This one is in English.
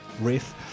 riff